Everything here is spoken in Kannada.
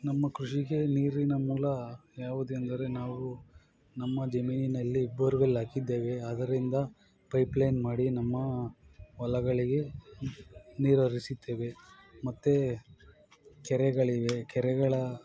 ನಮ್ಮ ಕೃಷಿಗೆ ನೀರಿನ ಮೂಲ ಯಾವುದೆಂದರೆ ನಾವು ನಮ್ಮ ಜಮೀನಿನಲ್ಲಿ ಬೋರ್ವೆಲ್ಲಾಕಿದ್ದೇವೆ ಅದರಿಂದ ಪೈಪ್ಲೈನ್ ಮಾಡಿ ನಮ್ಮ ಹೊಲಗಳಿಗೆ ನೀರು ಹರಿಸುತ್ತೇವೆ ಮತ್ತು ಕೆರೆಗಳಿವೆ ಕೆರೆಗಳ